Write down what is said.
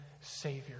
Savior